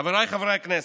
חבריי חברי הכנסת,